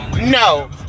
No